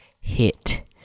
hit